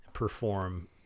perform